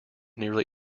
nearly